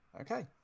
Okay